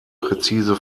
präzise